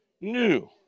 New